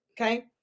Okay